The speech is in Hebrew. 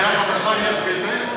היא תקבל עוד דקה.